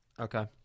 Okay